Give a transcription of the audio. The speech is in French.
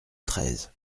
treize